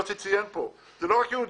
יוסי ציין פה שזה לא רק יהודים,